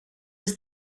was